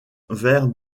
vers